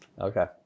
okay